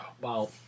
Wow